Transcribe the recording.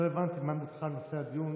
לא הבנתי מה עמדתך בנושא הדיון,